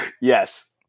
Yes